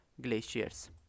glaciers